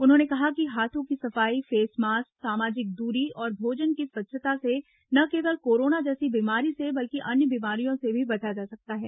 उन्होंने कहा कि हाथों की सफाई फेस मास्क सामाजिक दूरी और भोजन की स्वच्छता से न केवल कोरोना जैसी बीमारी से बल्कि अन्य बीमारियों से भी बचा जा सकता है